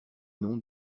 nom